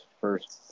first